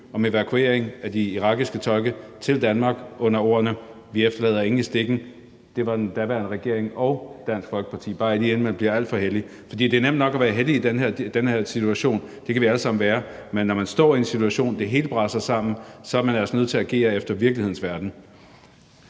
om evakuering af irakiske tolke til Danmark under ordene vi efterlader ingen i stikken var mellem den daværende regering og Dansk Folkeparti. Det er bare lige, inden man bliver alt for hellig. For det er nemt nok at være hellig i den her situation, det kan vi alle sammen være, men når man står i en situation og det hele braser sammen, er man altså nødt til at agere efter virkelighedens verden.